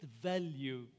value